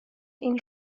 این